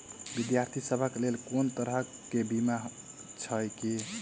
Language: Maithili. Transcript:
विद्यार्थी सभक लेल कोनो तरह कऽ बीमा छई की?